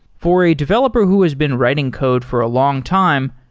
for a developer who has been writing code for a longtime,